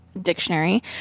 Dictionary